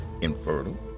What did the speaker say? infertile